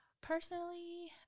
personally